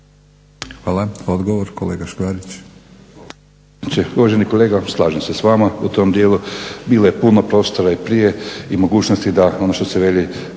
Hvala. Odgovor kolega Škvarić.